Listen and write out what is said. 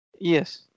Yes